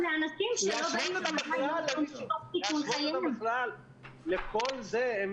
לאנשים --- להשוות אותם בכלל לכל זה?